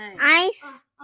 Ice